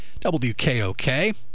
WKOK